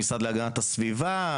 המשרד להגנת הסביבה,